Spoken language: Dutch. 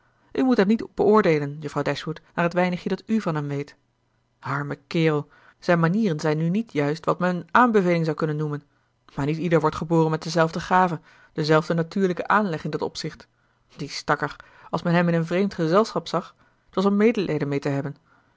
u moet hem niet beoordeelen juffrouw dashwood naar het weinigje dat u van hem weet arme kerel zijn manieren zijn nu niet juist wat men een aanbeveling zou kunnen noemen maar niet ieder wordt geboren met dezelfde gaven denzelfden natuurlijken aanleg in dat opzicht die stakker als men hem in een vreemd gezelschap zag t was om medelijden mee te hebben